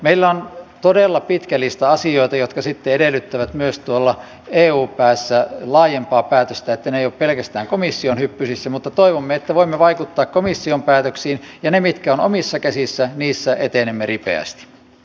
meillä on todella pitkä lista asioita jotka sitten edellyttävät myös tuolla eu päässä laajempaa päätöstä ne eivät ole pelkästään komission hyppysissä mutta toivomme että voimme vaikuttaa komission päätöksiin ja niissä mitkä ovat omissa käsissä etenemme ripeästi